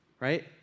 right